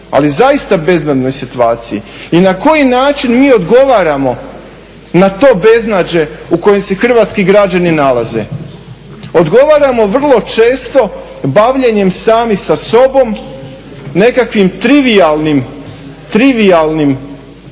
ali zaista beznadnoj situaciji. I na koji način mi odgovaramo na to beznađe u kojem se hrvatski građani nalaze? Odgovaramo vrlo često bavljenjem sami sa sobom, nekakvim trivijalnim pregovorima